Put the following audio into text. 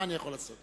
מה אני יכול לעשות.